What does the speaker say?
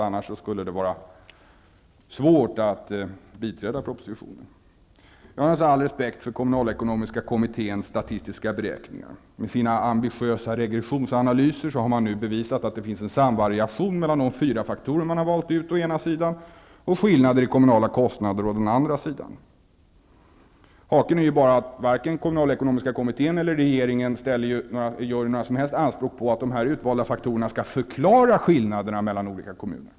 Annars skulle det vara svårt att biträda propositionen. Jag har all respekt för kommunalekonomiska kommitténs statistiska beräkningar. Med sina ambitiösa regressionsanalyser har man nu bevisat att det finns en samvariation mellan å ena sidan de fyra faktorer man har valt ut och å andra sidan skillnader i kommunala kostnader. Men haken är att varken kommunalekonomiska kommittén eller regeringen gör några som helst anspråk på att de utvalda faktorerna skall förklara skillnaderna mellan olika kommuner.